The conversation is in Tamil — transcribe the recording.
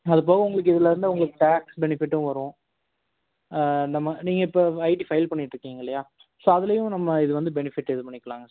அதுபோக உங்களுக்கு இதுல இருந்து உங்களுக்கு கேஷ் பெனிஃபிட்டும் வரும் இந்த ம நீங்கள் இப்போ ஐடி ஃபைல் பண்ணிட் இருக்கீங்க இல்லையா ஸோ அதுலேயும் நம்ம இது வந்து பெனிஃபிட் இது பண்ணிக்கலாங்க சார்